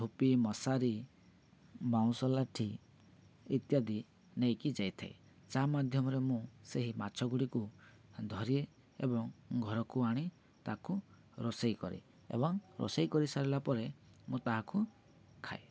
ଧୋପି ମଶାରି ବାଉଁଶ ଲାଠି ଇତ୍ୟାଦି ନେଇକି ଯାଇଥାଏ ଯାହା ମାଧ୍ୟମରେ ମୁଁ ସେହି ମାଛ ଗୁଡ଼ିକୁ ଧରି ଏବଂ ଘରକୁ ଆଣି ତାକୁ ରୋଷେଇ କରେ ଏବଂ ରୋଷେଇ କରିସାରିଲା ପରେ ମୁଁ ତାହାକୁ ଖାଏ